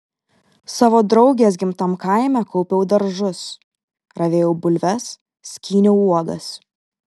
savo draugės gimtam kaime kaupiau daržus ravėjau bulves skyniau uogas